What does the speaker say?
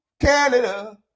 Canada